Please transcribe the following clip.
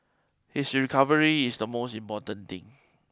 his recovery is the most important thing